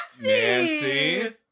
Nancy